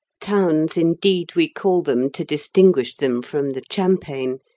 towns, indeed, we call them to distinguish them from the champaign,